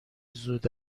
زود